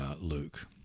Luke